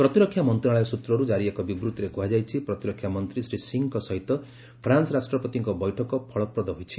ପ୍ରତିରକ୍ଷା ମନ୍ତ୍ରଣାଳୟ ସ୍ୱତ୍ରରୁ ଜାରି ଏକ ବିବୃତ୍ତିରେ କୁହାଯାଇଛି ପ୍ରତିରକ୍ଷା ମନ୍ତ୍ରୀ ଶ୍ରୀ ସିଂହଙ୍କ ସହିତ ଫ୍ରାନ୍ସ ରାଷ୍ଟ୍ରପତିଙ୍କ ବୈଠକ ଫଳପ୍ରଦ ହୋଇଛି